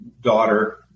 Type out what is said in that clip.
daughter